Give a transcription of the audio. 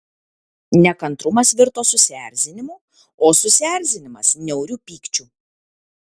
nekantrumas virto susierzinimu o susierzinimas niauriu pykčiu